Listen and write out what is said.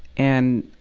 and,